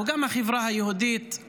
גם החברה היהודית,